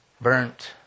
Burnt